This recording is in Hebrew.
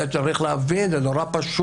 צריך להבין את זה, וזה נורא פשוט.